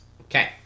Okay